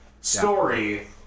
story